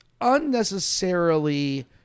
unnecessarily